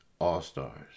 All-Stars